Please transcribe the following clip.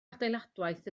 adeiladwaith